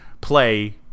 play